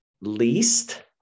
least